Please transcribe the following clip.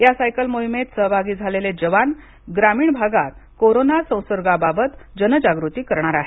या सायकल मोहिमेत सहभागी झालेले जवान ग्रामीण भागात कोरोना संसर्गाबाबत जनजागृती करणार आहेत